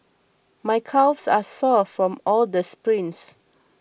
my calves are sore from all the sprints